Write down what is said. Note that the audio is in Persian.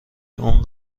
اون